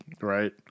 Right